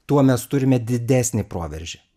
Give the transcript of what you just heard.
tuo mes turime didesnį proveržį